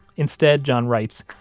instead, john writes,